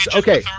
okay